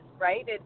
right